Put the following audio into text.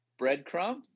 breadcrumb